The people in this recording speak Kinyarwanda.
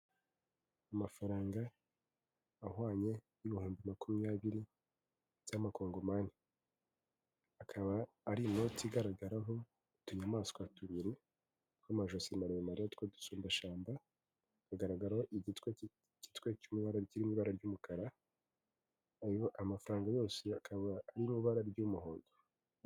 Amafaranga ahwanye n'ibihumbi makumyabiri by'amakongomanani. Akaba ari inoti igaragaraho utunyamaswa tubiri tw'amajosi maremare tw'udusumbashamba, hagaragaraho igitwe cyirimo ibara ry'umukara, ayo amafaranga yose akaba ari barara ry'umuhondo.